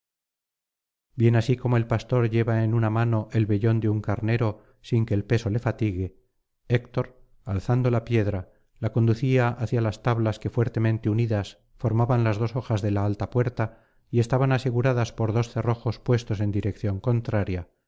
bien así como el pastor lleva en una mano el vellón de un carnero sin que el peso le fatigue héctor alzando la piedra la conducía hacia las tablas que fuertemente unidas formaban las dos hojas de la alta puerta y estaban aseguradas por dos cerrojos puestos en dirección contraria